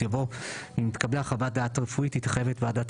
יבוא 'ואם נתקבלה חוות דעת רפואית היא תחייב את ועדת